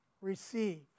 receive